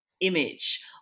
image